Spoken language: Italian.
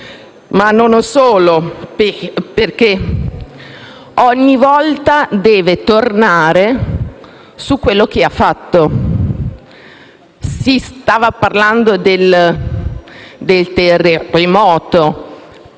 e non solo perché ogni volta deve tornare su quello che ha fatto. Si stava parlando del terremoto.